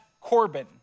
Corbin